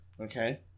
Okay